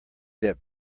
that